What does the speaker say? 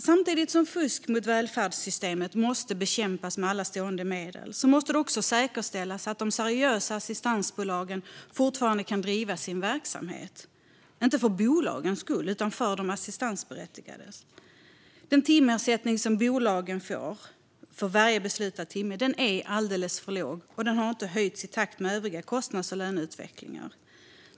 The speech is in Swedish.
Samtidigt som fusk mot välfärdssystemet måste bekämpas med alla medel måste det också säkerställas att seriösa assistansbolag kan fortsätta att driva sin verksamhet, inte för bolagens skull utan för de assistansberättigades. Den timersättning bolagen får för varje beslutad timme är alldeles för låg och har inte höjts i takt med övriga kostnads och löneutvecklingar.